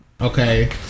Okay